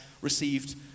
received